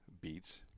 beats